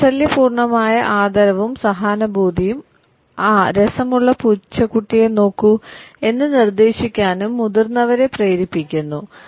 വാത്സല്യപൂർണ്ണമായ ആദരവും സഹാനുഭൂതിയും "ആ രസമുള്ള പൂച്ചക്കുട്ടിയെ നോക്കൂ" എന്ന് നിർദ്ദേശിക്കാനും മുതിർന്നവരെ പ്രേരിപ്പിക്കുന്നു